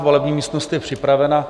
Volební místnost je připravena.